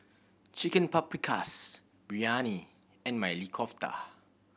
Chicken Paprikas Biryani and Maili Kofta